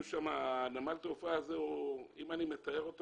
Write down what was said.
נמל התעופה הזה, אם אני מתאר אותו